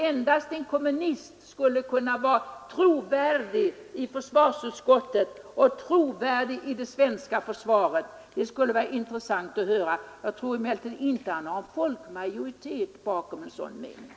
Är kommunister trovärdiga i försvarsutskottet och inom det svenska försvaret? Det vore intressant att få höra hans mening om det. Jag tror inte att en folkmajoritet anser detta.